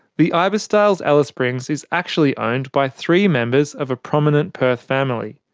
the ibis styles alice springs is actually owned by three members of a prominent perth family,